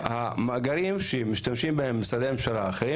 המאגרים שמשתמשים בהם משרדי הממשלה האחרים